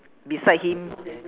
beside him